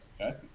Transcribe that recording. okay